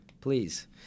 please